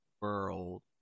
world